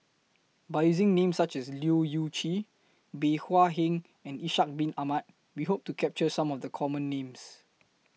By using Names such as Leu Yew Chye Bey Hua Heng and Ishak Bin Ahmad We Hope to capture Some of The Common Names